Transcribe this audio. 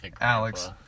alex